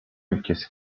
ülkesi